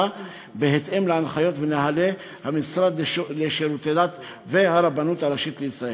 בהתאם להנחיות ולנוהלי המשרד לשירותי דת והרבנות הראשית לישראל.